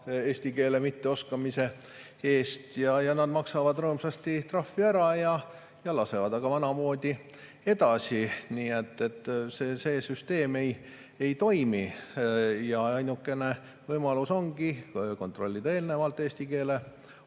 eesti keele mitteoskamise eest. Nad maksavad rõõmsasti trahvi ära ja lasevad aga vanamoodi edasi. Nii et see süsteem ei toimi. Ainukene võimalus ongi kontrollida eelnevalt eesti keele